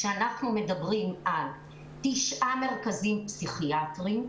כשאנחנו מדברים על תשעה מרכזים פסיכיאטריים,